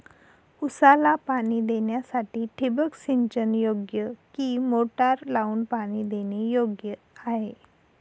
ऊसाला पाणी देण्यासाठी ठिबक सिंचन योग्य कि मोटर लावून पाणी देणे योग्य आहे?